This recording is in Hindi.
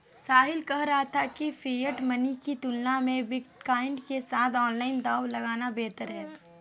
साहिल कह रहा था कि फिएट मनी की तुलना में बिटकॉइन के साथ ऑनलाइन दांव लगाना बेहतर हैं